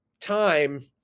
time